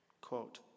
quote